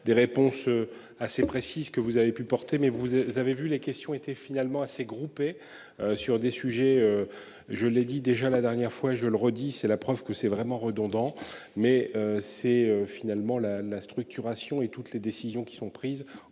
des réponses. Assez précise que vous avez pu porter mais vous, vous avez vu les questions étaient finalement assez groupé. Sur des sujets. Je l'ai dit déjà la dernière fois, je le redis, c'est la preuve que c'est vraiment redondant mais c'est finalement la la structuration et toutes les décisions qui sont prises